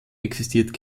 existiert